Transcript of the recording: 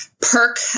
perk